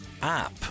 app